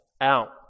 out